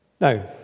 Now